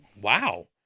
wow